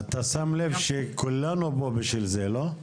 אתה שם לב שכולנו פה בשביל זה, לא?